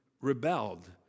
rebelled